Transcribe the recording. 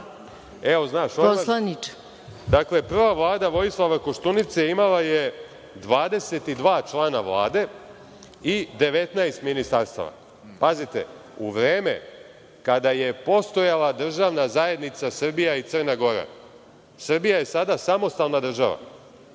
Dakle, prva Vlada Vojislava Koštunice imala je 22 člana Vlade i 19 ministarstava. Pazite, u vreme kada je postojala Državna zajednica Srbija i Crna Gora. Srbija je sada samostalna država,